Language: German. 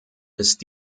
ist